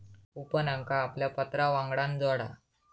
कूपनका आपल्या पत्रावांगडान जोडा